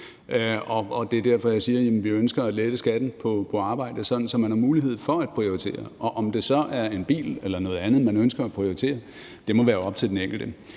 og det er derfor, jeg siger, at vi ønsker at lette skatten på arbejde, sådan at man har mulighed for at prioritere. Og om det så er en bil eller noget andet, man ønsker at prioritere, må være op til den enkelte.